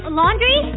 laundry